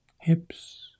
hips